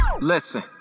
listen